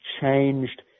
changed